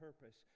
purpose